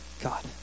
God